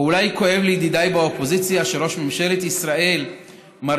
או אולי כואב לידידיי באופוזיציה שראש ממשלת ישראל מר